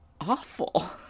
awful